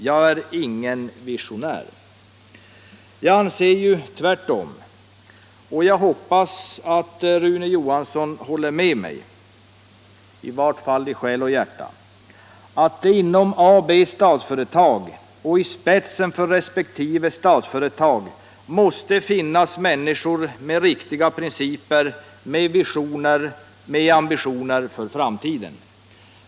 Jag är ingen visionär.” Jag anser — och jag hoppas att Rune Johansson håller med mig, i varje fall i själ och hjärta — att det inom Statsföretag AB och i spetsen för resp. statsföretag måste finnas människor med riktiga principer, med visioner och med ambitioner för framtiden.